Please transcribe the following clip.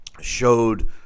showed